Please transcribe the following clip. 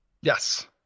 Yes